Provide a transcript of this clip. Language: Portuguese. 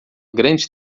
grande